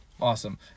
Awesome